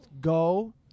go